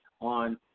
on